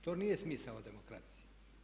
To nije smisao demokracije.